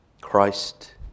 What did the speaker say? Christ